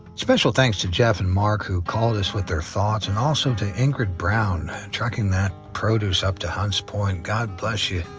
special thanks to jeff and mark who called us with their thoughts and also to ingrid brown trucking that produce up to hunt's point. god bless you.